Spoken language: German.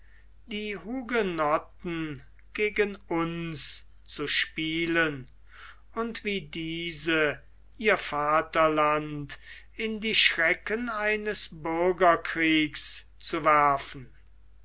die hugenotten gegen uns zu spielen und wie diese ihr vaterland in die schrecken eines bürgerkriegs zu werfen